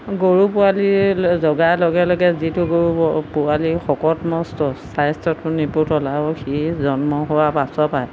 গৰু পোৱালি জগাৰ লগে লগে যিটো গৰু পোৱালি শকত মস্ত স্বাস্থ্যটো নিপোটল আৰু সি জন্ম হোৱা পাছৰপৰাই